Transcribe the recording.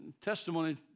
testimony